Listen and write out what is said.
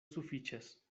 sufiĉas